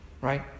right